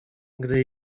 gdy